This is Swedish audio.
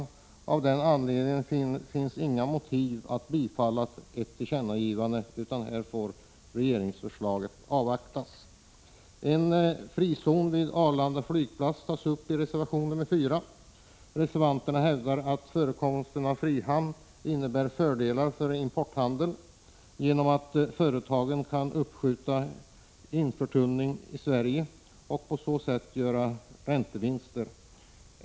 Men det finns ingen anledning att av den orsaken bifalla ett förslag om tillkännagivande, utan här får regeringsförslaget avvaktas. Frågan om en frizon vid Arlanda flygplats tas upp i reservation nr 4. Reservanterna hävdar att förekomsten av en frihamn innebär fördelar för importhandeln, genom att företagen kan uppskjuta införtullning i Sverige och på det sättet göra räntevinster.